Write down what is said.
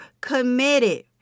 committed